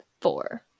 four